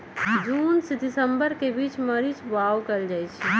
जून से दिसंबर के बीच मरीच बाओ कएल जाइछइ